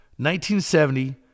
1970